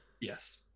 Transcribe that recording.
Yes